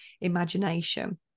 imagination